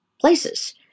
places